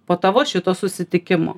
po tavo šito susitikimo